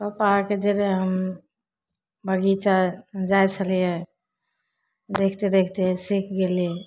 पापा आरके जे रहै बगीचा हम जाइ छलियै देखते देखते सीख गेली